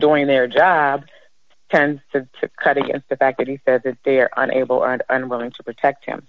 doing their job tends to cut against the fact that he said that they're unable and unwilling to protect him